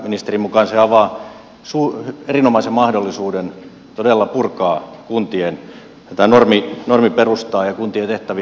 ministerin mukaan se avaa erinomaisen mahdollisuuden todella purkaa kuntien normiperustaa ja kuntien tehtäviä